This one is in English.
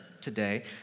today